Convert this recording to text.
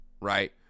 right